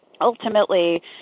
ultimately